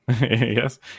Yes